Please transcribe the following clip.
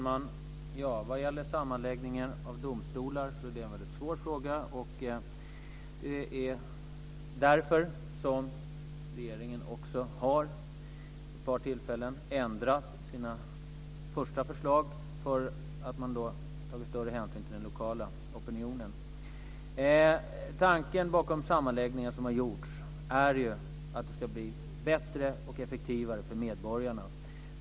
Fru talman! Sammanläggningen av domstolar är en mycket svår fråga. Det är därför som regeringen också vid ett par tillfällen har ändrat sina första förslag och tagit större hänsyn till den lokala opinionen. Tanken bakom den sammanläggning som har gjorts är att det ska bli bättre och effektivare för medborgarna.